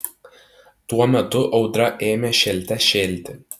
tuo metu audra ėmė šėlte šėlti